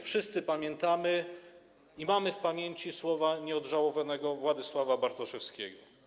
Wszyscy pamiętamy, mamy w pamięci słowa nieodżałowanego Władysława Bartoszewskiego.